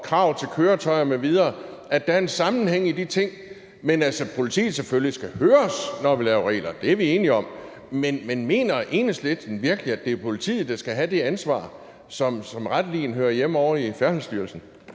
krav til køretøjer m.v.? Der er en sammenhæng i de ting. Men at politiet selvfølgelig skal høres, når vi laver regler, er vi enige om. Men mener Enhedslisten virkelig, at det er politiet, der skal have det ansvar, som retteligen hører hjemme ovre i Færdselsstyrelsen?